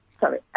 sorry